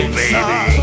baby